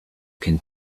can